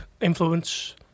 influence